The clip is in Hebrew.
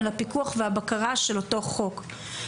על הפיקוח והבקרה של אותו חוק.